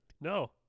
no